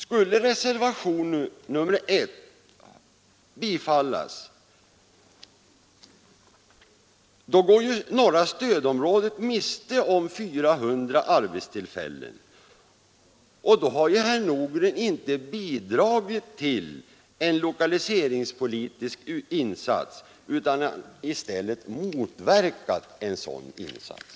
Skulle reservationen 1 bifallas, då går norra stödområdet miste om 400 arbetstillfällen, och då har ju herr Nordgren inte bidragit till en lokaliseringspolitisk insats utan i stället motverkat en sådan insats.